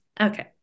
Okay